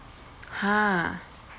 !huh!